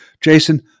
Jason